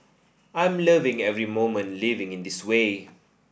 I'm loving every moment living in this way